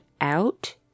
out